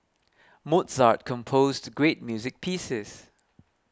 Mozart composed great music pieces